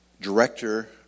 director